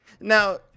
Now